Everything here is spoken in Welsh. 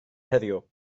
heddiw